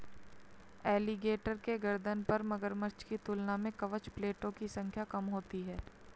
alligator के गर्दन पर मगरमच्छ की तुलना में कवच प्लेटो की संख्या कम होती है